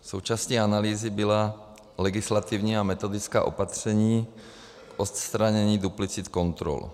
Součástí analýzy byla legislativní a metodická opatření k odstranění duplicit kontrol.